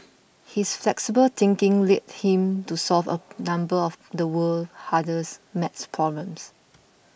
his flexible thinking led him to solve a number of the world's hardest math problems